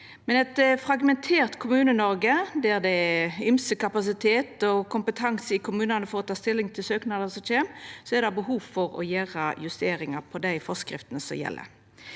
Med eit fragmentert Kommune-Noreg der det er ymse kapasitet og kompetanse i kommunane for å ta stilling til søknader som kjem, er det behov for å gjera justeringar i dei forskriftene som gjeld.